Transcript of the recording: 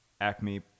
Acme